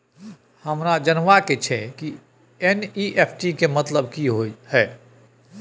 हमरा जनबा के छै की एन.ई.एफ.टी के मतलब की होए है?